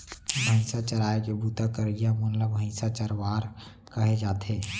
भईंसा चराए के बूता करइया मन ल भईंसा चरवार कहे जाथे